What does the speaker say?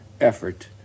effort